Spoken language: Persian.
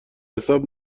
حساب